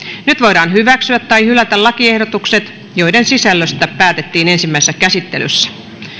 nyt voidaan hyväksyä tai hylätä lakiehdotukset joiden sisällöstä päätettiin ensimmäisessä käsittelyssä